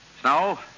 Snow